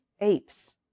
apes